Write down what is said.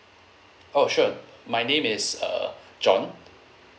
oh sure my name is uh john